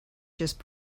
just